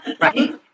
right